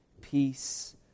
peace